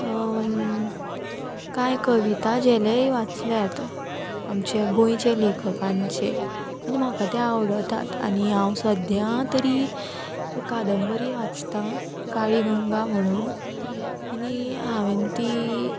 कांय कविता झेलेय वाचल्यात आमच्या गोंयचे लेखकांचे आनी म्हाका ते आवडतात आनी हांव सद्या तरी कादंबरी वाचतां काळीगंगा म्हणून आनी हांवें ती